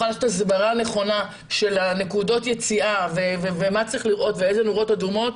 לתת הסברה נכונה של נקודות היציאה ומה צריך לראות ואילו נורות אדומות,